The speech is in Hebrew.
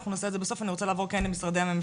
אנחנו נעשה את זה בסוף כי אני רוצה לעבור למשרדי הממשלה.